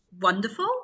wonderful